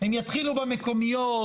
הם יתחילו במקומיות,